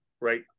right